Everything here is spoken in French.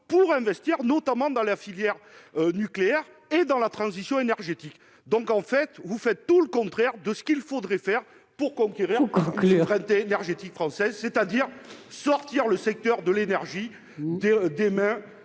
pour investir, notamment dans la filière nucléaire et dans la transition énergétique ! Il faut conclure. Bref, vous faites exactement le contraire de ce qu'il faudrait faire pour conquérir la souveraineté énergétique française, c'est-à-dire sortir le secteur de l'énergie des mains